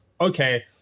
okay